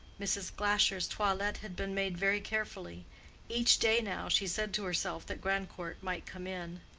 mrs. glasher's toilet had been made very carefully each day now she said to herself that grandcourt might come in.